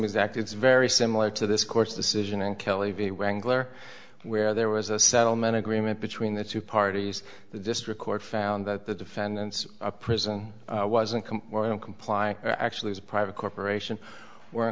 exact it's very similar to this court's decision in kelley v wrangler where there was a settlement agreement between the two parties the district court found that the defendant's prison wasn't going to comply actually as a private corporation where